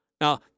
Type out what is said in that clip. Now